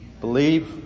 Believe